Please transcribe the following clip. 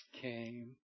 came